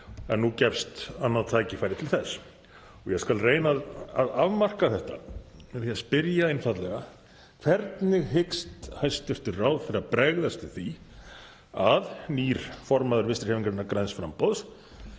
en nú gefst annað tækifæri til þess. Ég skal reyna að afmarka þetta með því að spyrja einfaldlega: Hvernig hyggst hæstv. ráðherra bregðast við því að nýr formaður Vinstrihreyfingarinnar – græns framboðs